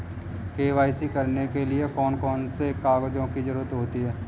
KYC करने के लिए कौन कौन से कागजों की जरूरत होती है?